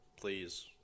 Please